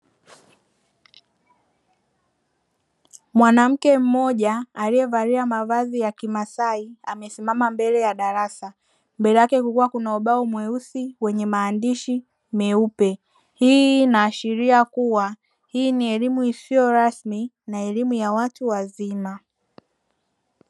Mwanamke mmoja aliyevalia mavazi ya kimasai, amesimama mbele ya darasa. Mbele yake kukiwa kuna ubao mweusi wenye maandishi meupe. Hii inaashiria kuwa hii ni elimu isiyo rasmi na elimu ya watu wazima.